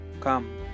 come